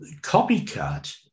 copycat